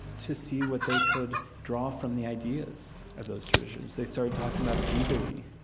to see what they could draw from the ideas of those traditions. they started talking about jubilee.